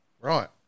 Right